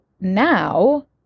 now